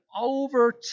over